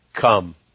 come